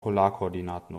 polarkoordinaten